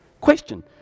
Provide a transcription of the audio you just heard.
Question